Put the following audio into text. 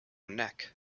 neck